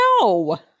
No